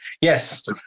Yes